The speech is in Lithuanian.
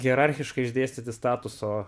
hierarchiškai išdėstyti statuso